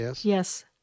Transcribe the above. Yes